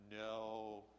No